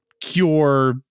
cure